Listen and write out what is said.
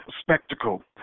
spectacle